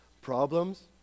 problems